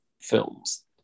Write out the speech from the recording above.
films